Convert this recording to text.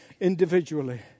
individually